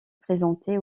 présentées